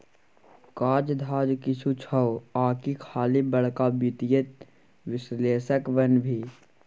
काज धाज किछु छौ आकि खाली बड़का वित्तीय विश्लेषक बनभी